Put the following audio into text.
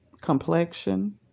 complexion